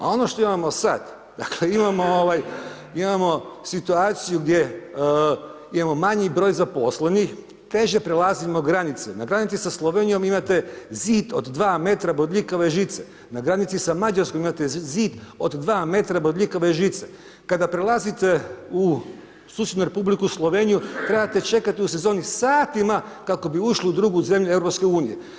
A ono što imamo sad, dakle, imamo situaciju gdje imamo manji broj zaposlenih, teže prelazimo granice, na granici sa Slovenijom imate zid od dva metra bodljikave žice, na granici sa Mađarskom imate zid od dva metra bodljikave žice, kada prelazite u susjednu Republiku Sloveniju trebate čekati u sezoni satima kako bi ušli u drugu zemlju EU.